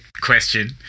question